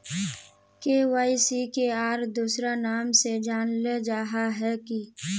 KYC के आर दोसरा नाम से जानले जाहा है की?